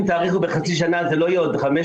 אם תאריכו בחצי שנה זה לא יהיה עוד 500,